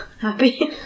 happy